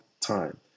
time